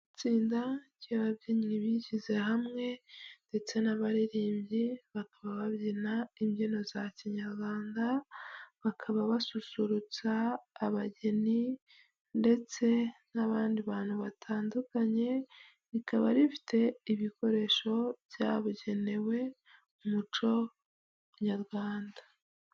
Itsinda ry'ababyinnyi bishyize hamwe ndetse n'abaririmbyi bakaba babyina imbyino za kinyarwanda, bakaba basusurutsa abageni ndetse n'abandi bantu batandukanye, rikaba rifite ibikoresho byabugenewe umuco Nyarwanda.